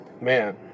man